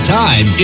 time